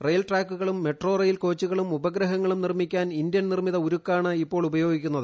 rail ട്രാക്കുകളും metro rail കോച്ചുകളും ഉപഗ്രഹങ്ങളും നിർമ്മിക്കാൻ ഇന്ത്യൻ നിർമ്മിതി ഉരുക്കാണ് ഇപ്പോൾ ഉപയോഗിക്കുന്നത്